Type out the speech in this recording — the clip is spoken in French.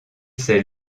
ces